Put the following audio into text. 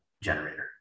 generator